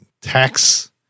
tax